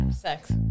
Sex